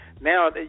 now